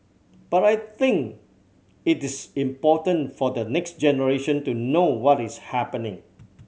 but I think it is important for the next generation to know what is happening